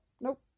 nope